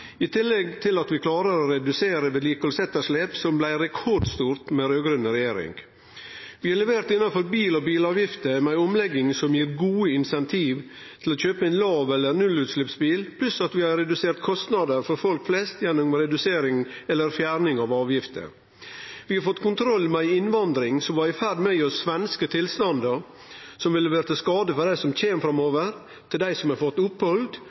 i tillegg til at vi klarer å redusere vedlikehaldsetterslepet, som blei rekordstort med raud-grøn regjering. Vi har levert innanfor bil og bilavgifter med ei omlegging som gir gode incentiv til å kjøpe ein lav- eller nullutsleppsbil, pluss at vi har redusert kostnader for folk flest gjennom redusering eller fjerning av avgifter. Vi har fått kontroll med ei innvandring som var i ferd med gi oss svenske tilstandar, som ville blitt til skade for dei som kjem framover, og dei som har fått opphald,